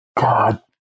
God